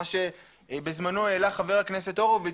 מה שבזמנו העלה חבר הכנסת הורוביץ,